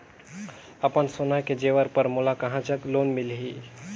अपन सोना के जेवर पर मोला कहां जग लोन मिलही?